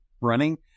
running